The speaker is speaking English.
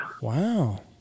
Wow